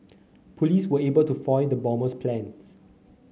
police were able to foil the bomber's plans